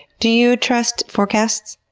do you trust forecasts?